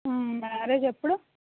marriage ఎప్పుడు